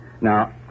Now